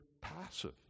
passive